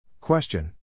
Question